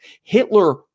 Hitler